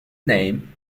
name